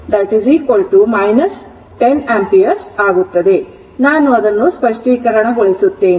ಆದ್ದರಿಂದ ನಾನು ಅದನ್ನು ಸ್ಪಷ್ಟೀಕರಣಗೊಳಿಸುತ್ತೇನೆ